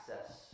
access